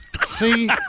see